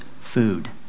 food